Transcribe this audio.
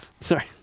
Sorry